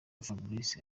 fabrice